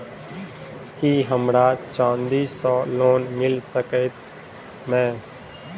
की हमरा चांदी सअ लोन मिल सकैत मे?